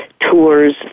tours